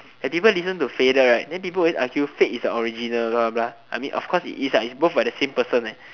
I didn't even listen to faded right then people always argue fade is the original blah blah blah I mean of course it is lah is both by the same person eh